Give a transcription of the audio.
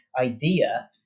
idea